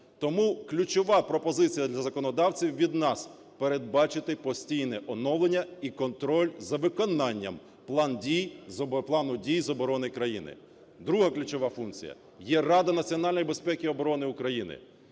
Тому ключова пропозиція для законодавців від нас – передбачити постійне оновлення і контроль за виконанням плану дій з оборони країни. Друга ключова функція. Є Рада національної безпеки і оборони України.